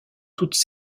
toutes